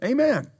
Amen